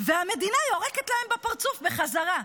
והמדינה יורקת להם בפרצוף בחזרה.